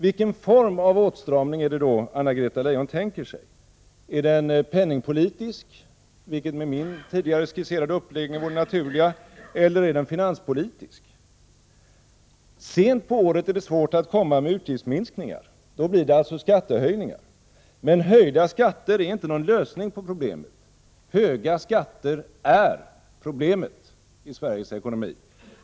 Vilken form av åtstramning är det då Anna-Greta Leijon tänker sig? Är det en penningpolitisk, vilket med min tidigare skisserade uppläggning vore det naturliga, eller är det en finanspolitisk? Sent på året är det svårt att föreslå utgiftsminskningar, då blir det alltså skattehöjningar. Men höjda skatter är inte någon lösning på problemet. Höga skatter är problemet i Sveriges ekonomi.